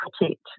protect